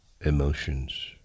emotions